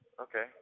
Okay